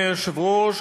היושב-ראש.